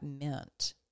meant